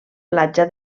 platja